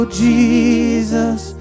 jesus